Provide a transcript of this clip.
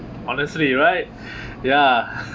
honestly right ya